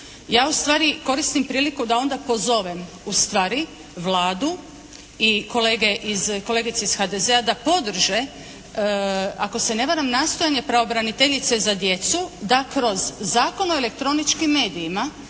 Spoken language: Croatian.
Ja ustvari koristim priliku da onda pozovem ustvari Vladu i kolege i kolegice iz HDZ-a da podrže ako se ne varam, nastojanje pravobraniteljice za djecu da kroz Zakon o elektroničkim medijima,